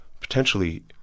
potentially